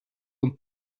und